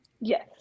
Yes